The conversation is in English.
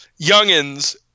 youngins